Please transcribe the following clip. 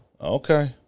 Okay